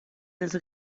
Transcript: els